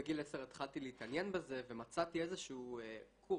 בגיל 10 התחלתי להתעניין בזה ומצאתי איזשהו קורס,